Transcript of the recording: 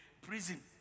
prison